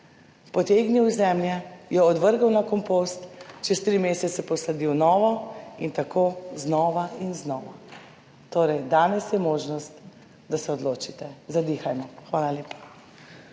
potegnil iz zemlje, jo odvrgel na kompost, čez 3 mesece posadil novo in tako znova in znova? Torej, danes je možnost, da se odločite, zadihajmo. Hvala lepa.